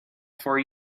for